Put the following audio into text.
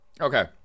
Okay